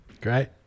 Great